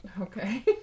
Okay